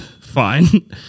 Fine